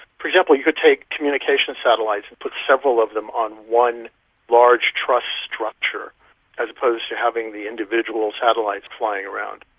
for example, you could take communication satellites, and put several of them on one large truss structure as opposed to having the individual satellites flying around.